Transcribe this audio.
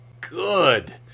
good